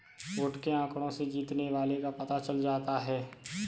vote के आंकड़ों से जीतने वाले का पता चल जाता है